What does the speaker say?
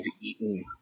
eaten